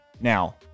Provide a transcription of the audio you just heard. Now